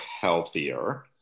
healthier